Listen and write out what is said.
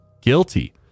guilty